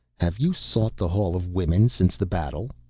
have you sought the hall of women since the battle?